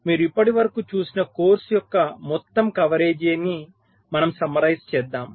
మీరు ఇప్పటివరకు చూసిన కోర్సు యొక్క మొత్తం కవరేజీని మనము సమ్మరైజ్ చేద్దాం